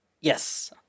Yes